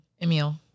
emil